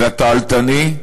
והתועלתני,